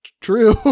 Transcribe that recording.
true